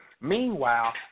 Meanwhile